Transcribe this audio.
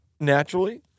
naturally